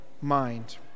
mind